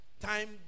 time